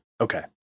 okay